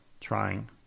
trying